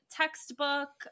textbook